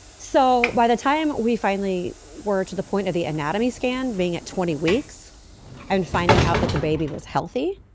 so by the time we finally were to the point of the anatomy scan being at twenty weeks and finding out that the baby was healthy.